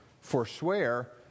forswear